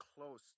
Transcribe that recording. close